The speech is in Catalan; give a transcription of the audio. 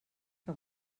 que